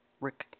Rick